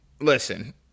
listen